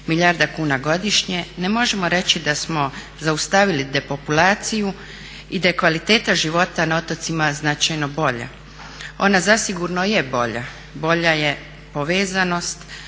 milijarda kuna godišnje ne možemo reći da smo zaustavili depopulaciju i da je kvaliteta života na otocima značajno bolja. Ona zasigurno je bolja, bolja je povezanost,